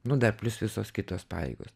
nu dar plius visos kitos pareigos